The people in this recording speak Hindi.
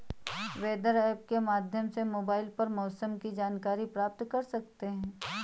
वेदर ऐप के माध्यम से मोबाइल पर मौसम की जानकारी प्राप्त कर सकते हैं